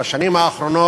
רבותי חברי הכנסת,